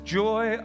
joy